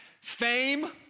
Fame